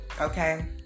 Okay